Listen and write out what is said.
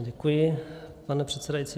Děkuji, pane předsedající.